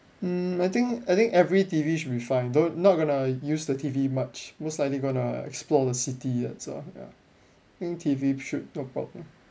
um I think I think every T_V should be fine don't not gonna use the T_V much most likely gonna explore the city yet so ya I think T_V should no problem